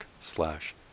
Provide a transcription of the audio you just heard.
slash